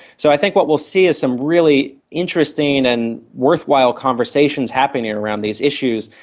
so i think what we'll see is some really interesting and worthwhile conversations happening around these issues,